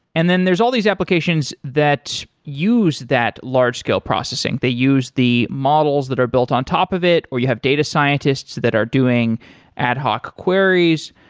and then there's all these applications that use that large-scale processing. they use the models that are built on top of it, or you have data scientists that are doing ad hoc queries.